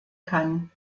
kann